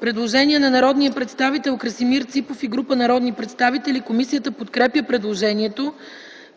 предложение от народния представител Красимир Ципов и група народни представители. Комисията подкрепя предложението.